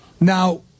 Now